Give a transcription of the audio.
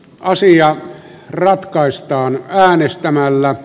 asia ratkaistaan äänestämällä